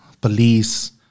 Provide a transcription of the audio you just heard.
police